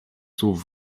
słów